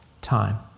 time